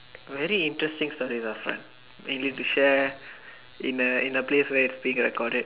very interesting story lah friend you need to share in a in a place where it's being recorded